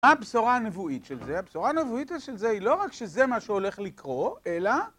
הבשורה הנבואית של זה, הבשורה הנבואית של זה היא לא רק שזה מה שהולך לקרות, אלא..